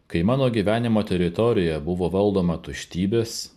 kai mano gyvenimo teritorija buvo valdoma tuštybės